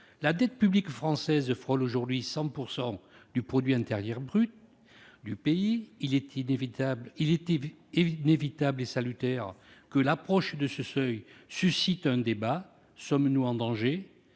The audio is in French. La dette publique française frôle aujourd'hui 100 % du produit intérieur brut du pays. Il est inévitable et salutaire que l'approche de ce seuil suscite un débat. Sommes-nous en danger ?